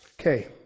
Okay